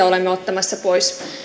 olemme ottamassa pois